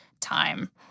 time